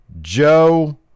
Joe